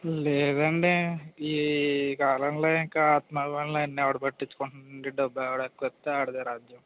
లేదండీ ఈ కాలంలో ఇంకా ఆత్మాభిమానాలు అవన్నీ ఎవడు పట్టించుకుంటున్నాడు డబ్బు ఎవడెక్కువిస్తే వాడిదే రాజ్యం